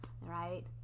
right